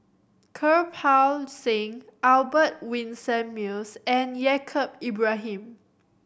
Kirpal Singh Albert Winsemius and Yaacob Ibrahim